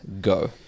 Go